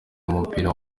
umupira